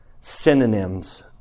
synonyms